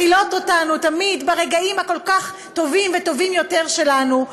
מכילות אותנו תמיד ברגעים הכל-כך טובים וטובים יותר שלנו,